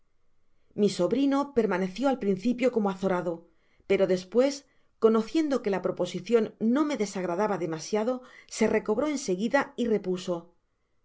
mi sobrino permanecio al principio como azorado pero despues conociendo que la proposicion no me desagradaba demasiado se recobró en seguida y repuso